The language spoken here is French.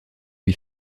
lui